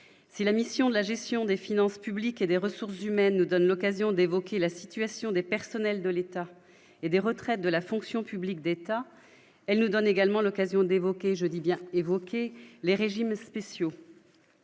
si la mission de la gestion des finances publiques et des ressources humaines nous donne l'occasion d'évoquer la situation des personnels de l'État et des retraites de la fonction publique d'État, elle nous donne également l'occasion d'évoquer jeudi bien évoquer les régimes spéciaux,